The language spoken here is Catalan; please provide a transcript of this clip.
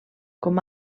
com